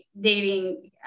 dating